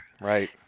Right